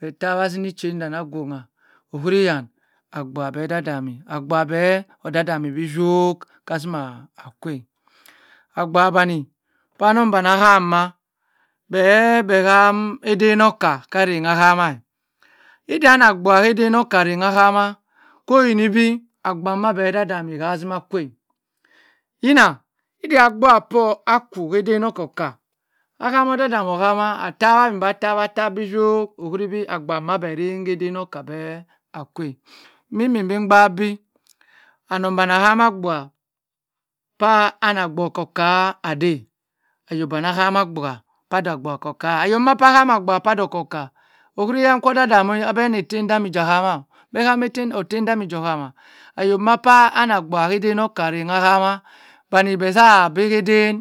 Bhe yawa zini chain danny asina agwongha ohwiri yan abua bh odadami, abua bh odadami bi vioke ka zima akwe, abua vanny kpanong ahama bh bha eden okar rangha hama, edia ani abua eden okar ohama koyinibi abua mh bh odadami hg zima kwe, yina idia abua por akwu kaden oka-ka ahama odudami oh hama a tawa aszim maa tawa, atta bi yho ohwiri bi abua ma bh reng eden oka bh akwo mmi bi bin bha bi anong vanny ahama abua kpa ani abua oka ka eh ayo danny kar hama bua kpa dh abua oka ka oheri yan ka odudami etemdamydik ohama bh hama etem damy dik ayo maa kpaa ani obua eden oka ahama kpany bh ha bhe edhen